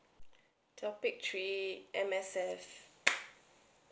topic three M_S_F